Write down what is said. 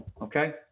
Okay